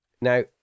Now